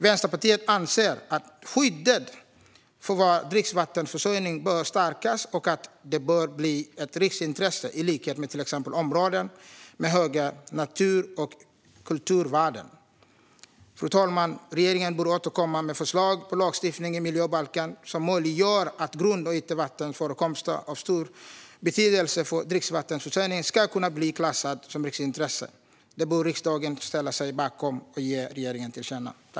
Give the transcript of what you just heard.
Vänsterpartiet anser att skyddet för vår dricksvattenförsörjning bör stärkas och att det bör bli ett riksintresse i likhet med till exempel områden med höga natur och kulturvärden. Fru talman! Regeringen bör återkomma med förslag till lagstiftning i miljöbalken som möjliggör att grund och ytvattenförekomster av stor betydelse för dricksvattenförsörjningen ska kunna bli klassade som riksintressen. Detta bör riksdagen ställa sig bakom och ge regeringen till känna.